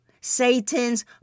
Satan's